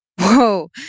Whoa